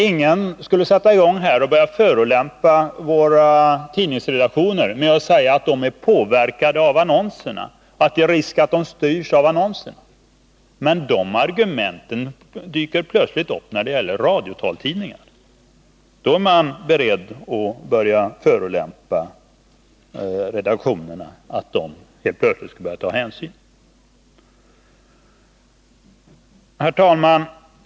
Ingen skulle här vilja börja förolämpa våra tidningsredaktioner med att säga att de är påverkade av annonserna och att det är risk för att de styrs av dem. Men dessa argument dyker plötsligt upp när det gäller radiotaltidningar. Då är man beredd att förolämpa redaktionerna och påstå att de helt plötsligt skulle börja ta hänsyn till annonsörerna. Herr talman!